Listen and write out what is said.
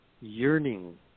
yearning